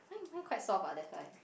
I think mine quite soft ah that's why